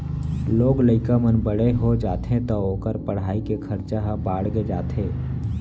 लोग लइका मन बड़े हो जाथें तौ ओकर पढ़ाई के खरचा ह बाड़गे जाथे